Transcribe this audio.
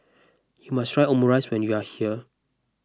you must try Omurice when you are here